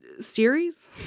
series